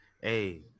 Hey